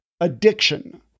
addiction